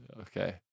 Okay